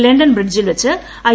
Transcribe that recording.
London ബ്രിഡ്ജിൽ വച്ച് I